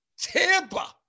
Tampa